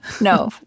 no